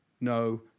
no